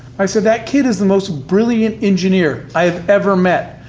i said, that kid is the most brilliant engineer i have ever met.